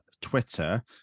Twitter